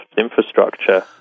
infrastructure